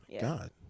God